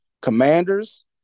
commanders